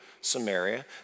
Samaria